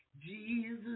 Jesus